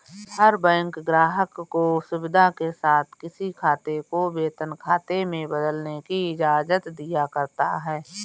हर bank ग्राहक को सुविधा के साथ किसी खाते को वेतन खाते में बदलने की इजाजत दिया करता है